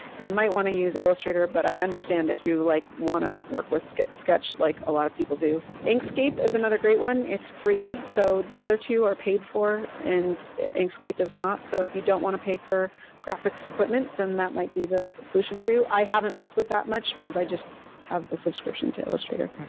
you might want to use illustrator but i understand if you like want to work with sketch sketch like a lot of people do. inkscape is another great one, it's free. so the other two are paid for and inkscape is not. so if you want to pay for graphics equipment, then that might be the solution for you. i haven't worked with that much because i just have the subscription to illustrator.